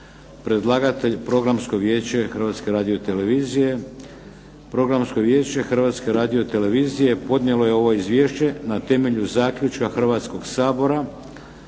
radio-televizije. Programsko vijeće Hrvatske radio-televizije podnijelo je ovo izvješće na temelju zaključka Hrvatskog sabora